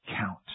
count